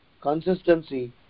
consistency